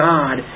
God